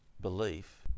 belief